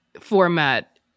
format